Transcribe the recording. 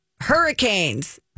hurricanes